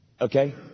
Okay